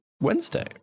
Wednesday